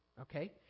okay